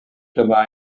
dyma